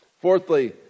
Fourthly